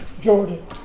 Jordan